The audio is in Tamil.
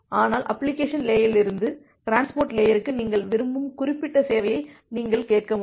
ஆனால் அப்ளிகேஷன் லேயரிலிருந்து டிரான்ஸ்போர்ட் லேயருக்கு நீங்கள் விரும்பும் குறிப்பிட்ட சேவையை நீங்கள் கேட்க வேண்டும்